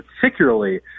particularly –